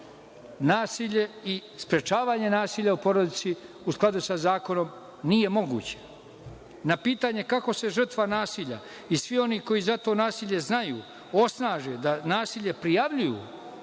nasilje i sprečavanje nasilja u porodici, u skladu sa zakonom, nije moguće. Na pitanje kako se žrtva nasilja i svi oni koji za to nasilje znaju osnaže da nasilje prijavljuju,